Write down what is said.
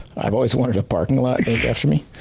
i've always wanted a parking lot named after me,